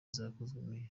zakozwe